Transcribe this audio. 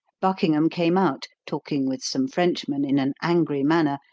buckingham came out, talking with some frenchmen in an angry manner,